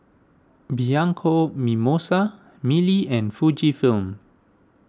Bianco Mimosa Mili and Fujifilm